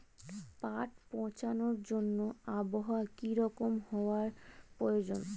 পাট পচানোর জন্য আবহাওয়া কী রকম হওয়ার প্রয়োজন?